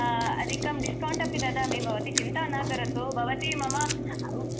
अधिकं डिस्कौंट् अपि ददामि भवति चिन्ता ना करोतु भवति मम